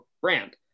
brand